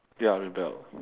ya rebelled